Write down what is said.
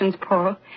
Paul